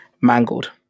mangled